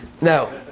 Now